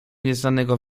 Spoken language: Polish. nieznanego